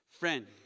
Friend